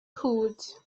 cwd